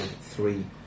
three